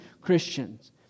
Christians